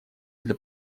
для